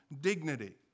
dignity